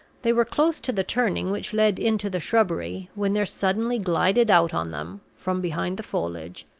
they were close to the turning which led into the shrubbery, when there suddenly glided out on them, from behind the foliage,